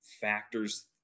factors